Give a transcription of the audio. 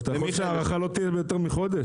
טוב, שהארכה לא תהיה יותר מחודש.